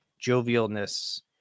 jovialness